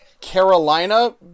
Carolina